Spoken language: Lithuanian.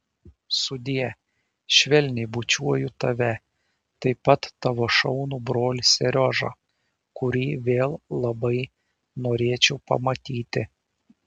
sudie švelniai bučiuoju tave taip pat tavo šaunų brolį seriožą kurį vėl labai norėčiau pamatyti